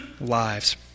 lives